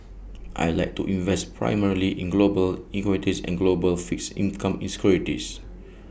I Like to invest primarily in global equities and global fixed income